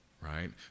right